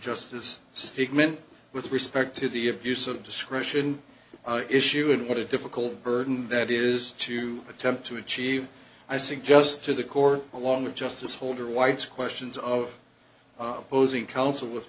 stigma with respect to the abuse of discretion issue and what a difficult burden that is to attempt to achieve i suggest to the court along with justice holder white's questions of opposing counsel with